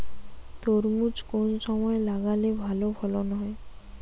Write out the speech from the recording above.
তরমুজ কোন সময় লাগালে ভালো ফলন হয়?